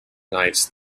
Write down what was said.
nights